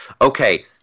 Okay